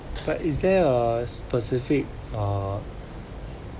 but is there a specific uh